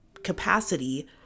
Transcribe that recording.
capacity